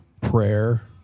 Prayer